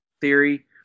theory